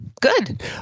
Good